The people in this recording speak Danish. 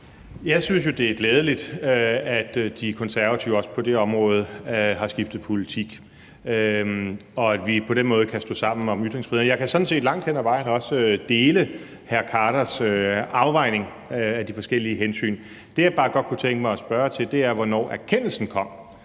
Jeg synes jo, det er glædeligt, at De Konservative også på det område har skiftet politik, og at vi på den måde kan stå sammen om ytringsfriheden. Jeg kan sådan set langt hen ad vejen også dele hr. Naser Khaders afvejning af de forskellige hensyn. Det, jeg bare godt kunne tænke mig at spørge til, er, hvornår erkendelsen kom.